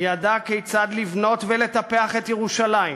ידע כיצד לבנות ולטפח את ירושלים,